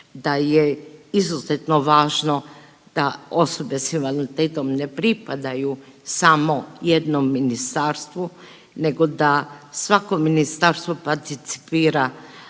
da je izuzetno važno da osobe s invaliditetom ne pripadaju samo jednom ministarstvu nego da svako ministarstvo participira